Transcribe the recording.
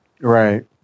right